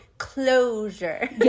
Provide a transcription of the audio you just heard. closure